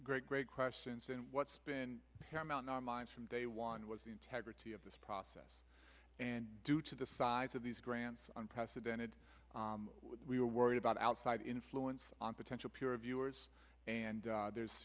great great questions and what's been paramount in our minds from day one was the integrity of this process and due to the size of these grants unprecedented we're worried about outside influence on potential peer reviewers and there's